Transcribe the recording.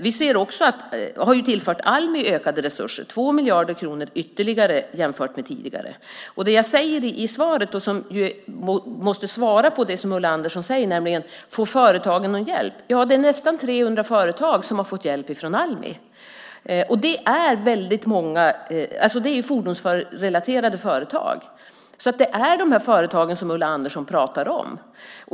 Vi har tillfört Almi ökade resurser - 2 miljarder kronor ytterligare jämfört med tidigare. Det jag säger i svaret måste vara svar på det som Ulla Andersson frågar, nämligen om företagen får någon hjälp. Nästan 300 företag har fått hjälp från Almi. Det är många. Och detta är fordonsrelaterade företag - alltså de företag som Ulla Andersson pratar om.